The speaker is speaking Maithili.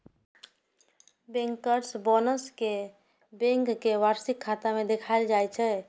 बैंकर्स बोनस कें बैंक के वार्षिक खाता मे देखाएल जाइ छै